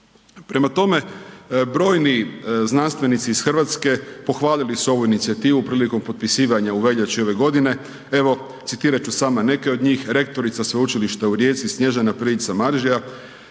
Prema tome, brojni znanstvenici iz Hrvatske pohvalili su ovu inicijativu prilikom potpisivanja u veljači ove godine, evo, citirat ću samo neke od njih, rektorica Sveučilišta u Rijeci Snježana .../Govornik